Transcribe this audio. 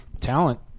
talent